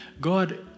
God